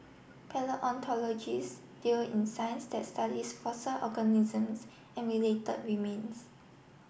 palaeontologist deal in science that studies fossil organisms and related remains